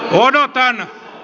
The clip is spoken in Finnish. tämän takia